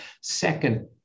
Second